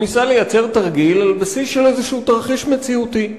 הוא ניסה לייצר תרגיל על בסיס של איזשהו תרחיש מציאותי.